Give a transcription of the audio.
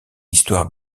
histoire